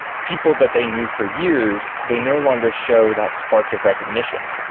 people that they knew for years, they no longer show that spark of recognition.